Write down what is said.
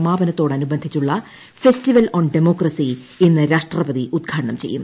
സമാപനത്തോടനുബന്ധിച്ചുള്ള festival on democracy ഇന്ന് രാഷ്ട്രപതി ഉദ്ഘാടനം ചെയ്യും